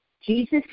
Jesus